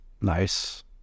Nice